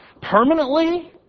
permanently